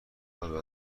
رابه